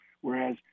Whereas